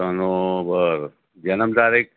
સનોવર જન્મ તારીખ